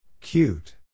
Cute